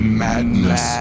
madness